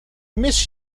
miss